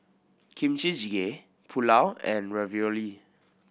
Kimchi Jjigae Pulao and Ravioli